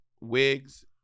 wigs